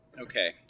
Okay